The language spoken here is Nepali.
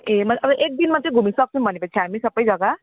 ए तपाईँले एकदिनमा चाहिँ घुमी सक्नु भनेको थियो हामी सबै जगा